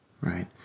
right